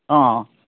অঁ